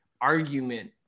argument